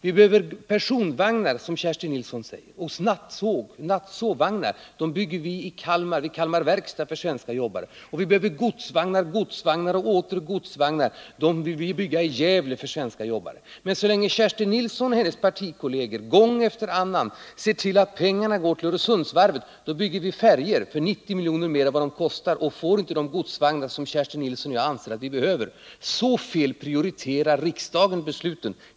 SJ behöver personvagnar, som Kerstin Nilsson säger, och sovvagnar. Dessa byggs vid Kalmar Verkstad av svenska jobbare. Och SJ behöver godsvagnar, godsvagnar och åter godsvagnar — dessa vill vi skall byggas av svenska jobbare i Gävle. Men så länge Kerstin Nilsson och hennes partikolleger gång efter annan ser till att pengarna går till Öresundsvarvet, då bygger vi färjor för 90 miljoner mer än de är värda och får inte de godsvagnar som Kerstin Nilsson och jag anser att vi behöver. Så fel prioriterar riksdagen besluten.